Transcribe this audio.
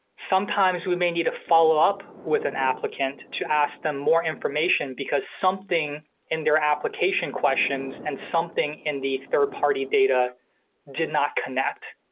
sometimes we may need to follow-up with an applicant to ask them more information because something in their application questions and something in the third-party data did not connect,